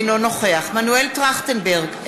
אינו נוכח מנואל טרכטנברג,